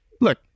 look